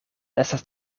estas